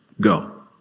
go